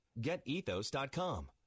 GetEthos.com